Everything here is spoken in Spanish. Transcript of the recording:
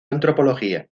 antropología